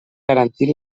garantir